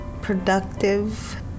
productive